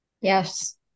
Yes